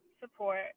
support